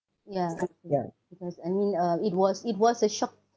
ya because I mean uh it was it was a shock